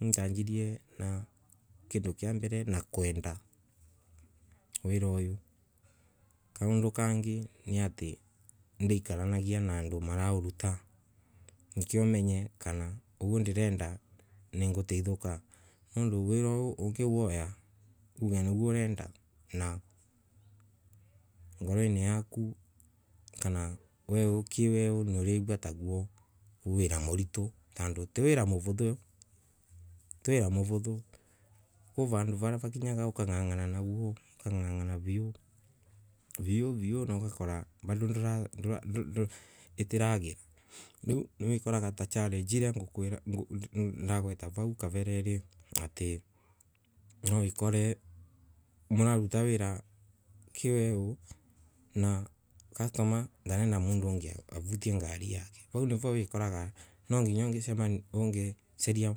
nie ndanjirie nakando kiambere kwenda wira oyo na kaondo kangay nandaikaeanagia na ondo maraoruta, nikio menye kana nikio menye kana uguo ndirenda nangoteithoka. Nondo wira uyo ukiwaya uge niguo urenda na ngoroinaya yaku kana weukwou niuragua taguo wira morito tando ti wira morotho, ti wira morotho kwi vando wakinyaga ukangangana viu ukongana viu viu naogokora bado ndorandora itirathii riu niwekoraga ta challenge iria ndagweta vau kavereri ati nwawikore mororuta wira kiweu na customer ndarenda mondo ogay ongay avutie ngari vau nivo ukaranga nanginya onga saria.